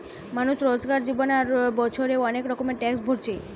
মানুষ রোজকার জীবনে আর বছরে অনেক রকমের ট্যাক্স ভোরছে